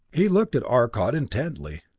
he looked at arcot intently.